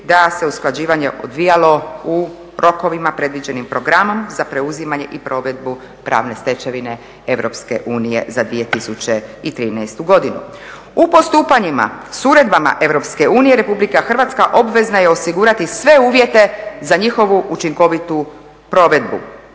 da se usklađivanje odvijalo u rokovima predviđenim programom za preuzimanje i provedbu pravne stečevine EU za 2013. godinu. U postupanjima sa uredbama EU Republika Hrvatska obvezna je osigurati sve uvjete za njihovu učinkovitu provedbu.